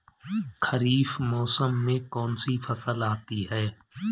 खरीफ मौसम में कौनसी फसल आती हैं?